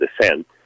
descent